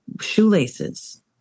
shoelaces